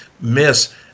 miss